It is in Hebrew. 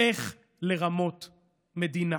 איך לרמות מדינה.